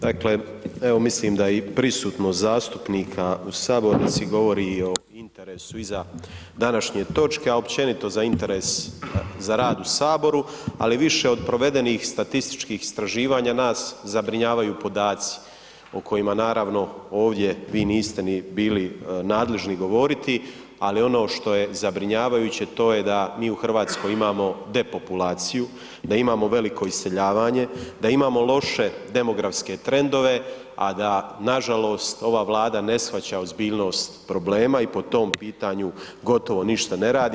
Dakle, evo mislim da i prisutnost zastupnika u sabornici govori i o interesu i za današnje točke, a općenito za interes za rad u saboru, ali više od provedenih statističkih istraživanja nas zabrinjavaju podaci o kojima naravno ovdje vi niste ni bili nadležni govoriti, ali ono što je zabrinjavajuće to je da mi u Hrvatskoj imamo depopulaciju, da imamo veliko iseljavanje, da imamo loše demografske trendove, a nažalost ova Vlada ne shvaća ozbiljnost problema i po tom pitanju gotovo ništa ne radi.